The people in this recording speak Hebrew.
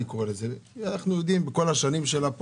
אנחנו יודעים מכל השנים שלה פה.